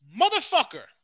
Motherfucker